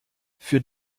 für